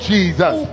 Jesus